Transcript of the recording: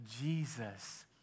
Jesus